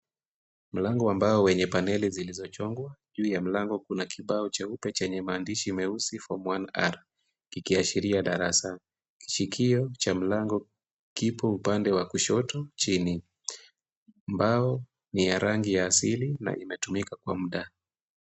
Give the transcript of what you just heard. Mlango wa mbao wenye paneli zilizochongwa. Juu ya mlango kuna kibao cheupe chenye maandishi meusi Form 1R . Kikiashiria darasa. Kishikio cha mlango kipo upande wa kushoto, chini. Mbao ni ya rangi ya asili na imetumika kwa muda.